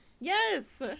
Yes